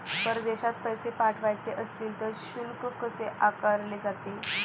परदेशात पैसे पाठवायचे असतील तर शुल्क कसे आकारले जाते?